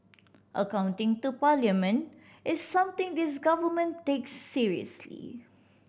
accounting to Parliament is something this Government takes seriously